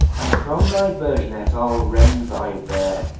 and from thy burgonet ile rend thy beare,